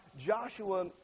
Joshua